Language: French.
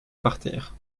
partir